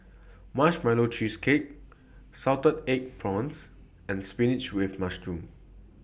Marshmallow Cheesecake Salted Egg Prawns and Spinach with Mushroom